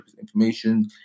information